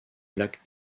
lac